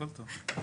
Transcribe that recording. הכל טוב.